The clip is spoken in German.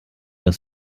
das